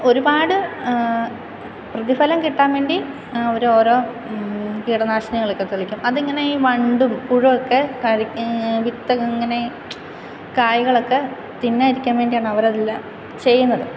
ഒരുപാട് പ്രതിഫലം കിട്ടാൻ വേണ്ടി അവര് ഓരോ കീടനാശിനികളൊക്കെ തളിക്കും അതിങ്ങനെ ഈ വണ്ടും പുഴുവൊക്കെ വിത്ത് ഒക്കെ ഇങ്ങനെ കായ്കൾ ഒക്കെ തിന്നാതിരിക്കാൻ വേണ്ടിയാണ് അവര് അതെല്ലാം ചെയ്യുന്നത്